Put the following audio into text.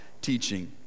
teaching